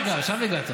יואל חסון,